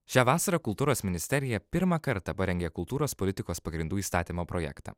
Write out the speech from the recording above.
šią vasarą kultūros ministerija pirmą kartą parengė kultūros politikos pagrindų įstatymo projektą